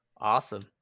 awesome